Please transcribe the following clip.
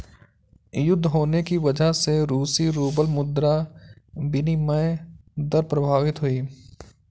युद्ध होने की वजह से रूसी रूबल मुद्रा विनिमय दर प्रभावित हुई